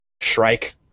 Shrike